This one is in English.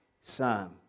Psalm